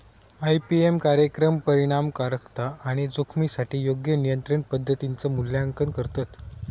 IPM कार्यक्रम परिणामकारकता आणि जोखमीसाठी योग्य नियंत्रण पद्धतींचा मूल्यांकन करतत